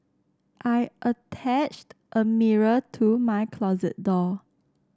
I attached a mirror to my closet door